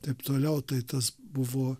taip toliau tai tas buvo